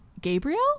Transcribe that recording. gabriel